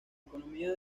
economía